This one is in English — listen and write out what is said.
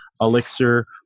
Elixir